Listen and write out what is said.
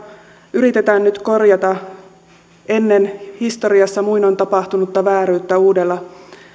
yritetään nyt korjata ennen historiassa muinoin tapahtunutta vääryyttä uudella